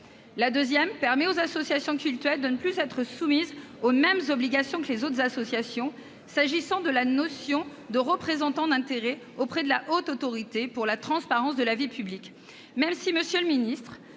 mesure permet aux associations cultuelles de ne plus être soumises aux mêmes obligations que les autres associations, pour ce qui concerne la notion de représentant d'intérêts auprès de la Haute Autorité pour la transparence de la vie publique, la HATVP. Monsieur le secrétaire